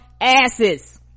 asses